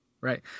right